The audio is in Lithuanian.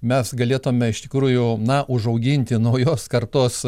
mes galėtume iš tikrųjų na užauginti naujos kartos